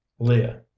Leah